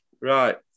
Right